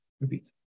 Repeat